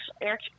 Eric